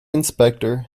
inspector